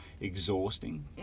exhausting